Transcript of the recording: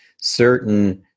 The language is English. certain